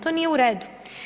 To nije u redu.